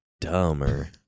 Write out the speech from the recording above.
dumber